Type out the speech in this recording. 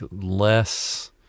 less